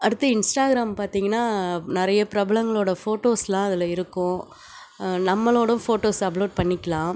அடுத்து இன்ஸ்டாகிராம் பார்த்திங்கன்னா நிறைய பிரபலங்களோட ஃபோட்டோஸ்லாம் அதில் இருக்கும் நம்மளோட ஃபோட்டோஸ் அப்லோட் பண்ணிக்கலாம்